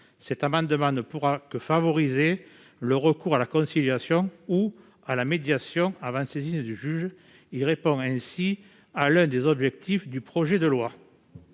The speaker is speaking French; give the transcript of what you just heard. cet amendement ne pourra que favoriser le recours à la conciliation ou à la médiation avant saisine du juge, répondant ainsi à l'un des objectifs du projet de loi.